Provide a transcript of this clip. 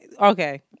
okay